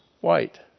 White